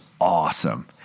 awesome